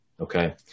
Okay